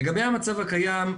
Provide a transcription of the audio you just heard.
לגבי המצב הקיים,